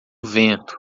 vento